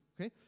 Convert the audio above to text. Okay